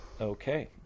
okay